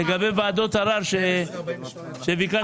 לגבי ועדת הערר שביקשת תשובה.